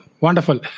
wonderful